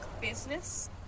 business